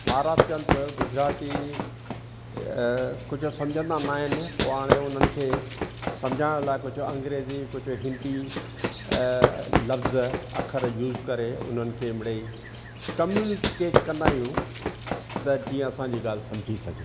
महाराष्ट्रंस गुजराती कुझु सम्झंदा न आहिनि पोइ हाणे उन्हनि खे सम्झाइण लाइ कुझु अंग्रेजी कुझु हिंदी अ लब्ज़ अख़र यूज़ करे उन्हनि खे मिणेई कम्यूनिकेट कंदा आहियूं त जीअं असांजी ॻाल्हि सम्झी सघे